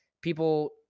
people